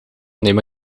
neem